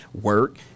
work